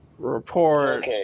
Report